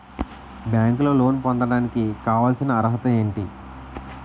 బ్యాంకులో లోన్ పొందడానికి కావాల్సిన అర్హత ఏంటి?